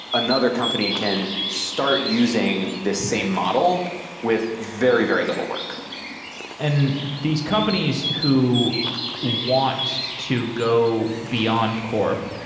another company can start using the same model with very very little work and these companies who want to go beyondcorp,